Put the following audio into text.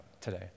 today